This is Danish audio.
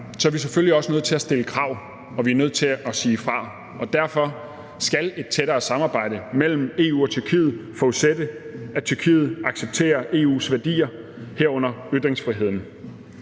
er vi selvfølgelig også nødt til at stille krav, og vi er nødt til at sige fra. Derfor skal et tættere samarbejde mellem EU og Tyrkiet forudsætte, at Tyrkiet accepterer EU's værdier, herunder ytringsfriheden.